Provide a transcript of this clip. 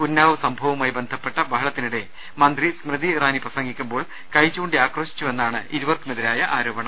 ഉന്നാവ് സംഭവവുമായി ബന്ധപ്പെട്ട ബഹളത്തിനിടെ മന്ത്രി സ്മൃതി ഇറാനി പ്രസംഗിക്കുമ്പോൾ കൈ ചൂണ്ടി ആക്രോശിച്ചുവെന്നാണ് ഇരുവർക്കുമെതിരായ ആരോപണം